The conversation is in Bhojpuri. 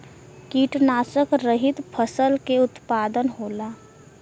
कीटनाशक रहित फसल के उत्पादन होला